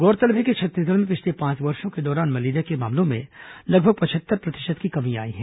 गोरतलब है कि छत्तीसगढ़ में पिछले पांच वर्षों के दौरान मलेरिया के मामलों में लगभग पचहत्तर प्रतिशत की कमी आई है